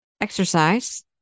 exercise